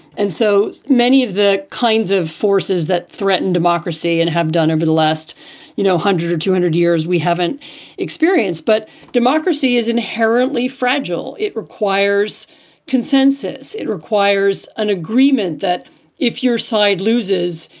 and so many of the kinds of forces that threaten democracy and have done over the last one you know hundred or two hundred years, we haven't experienced. but democracy is inherently fragile. it requires consensus. it requires an agreement that if your side loses,